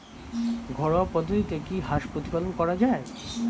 ঘরোয়া পদ্ধতিতে কি হাঁস প্রতিপালন করা যায়?